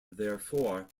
therefore